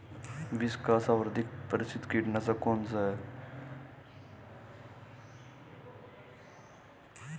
विश्व का सर्वाधिक प्रसिद्ध कीटनाशक कौन सा है?